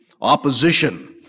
opposition